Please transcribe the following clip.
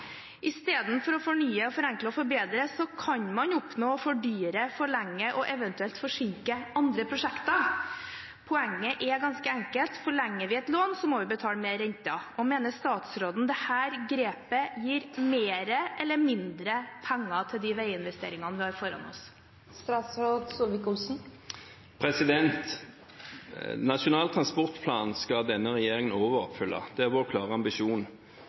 Istedenfor å fornye, forenkle og forbedre kan man oppnå å fordyre, forlenge og eventuelt forsinke andre prosjekter. Poenget er ganske enkelt: Forlenger vi et lån, må vi betale mer renter. Mener statsråden dette grepet gir mer eller mindre penger til de veiinvesteringene vi har foran oss? Nasjonal transportplan skal denne regjeringen overoppfylle. Det er vår klare ambisjon.